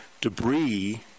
debris